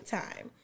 time